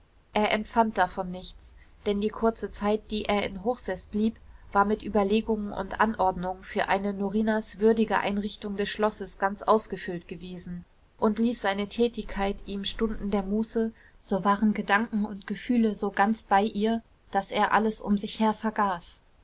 er empfand davon nichts denn die kurze zeit die er in hochseß blieb war mit überlegungen und anordnungen für eine norinas würdige einrichtung des schlosses ganz ausgefüllt gewesen und ließ seine tätigkeit ihm stunden der muße so waren gedanken und gefühle so ganz bei ihr daß er alles um sich her vergaß